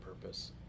purpose